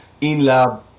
in-lab